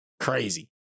crazy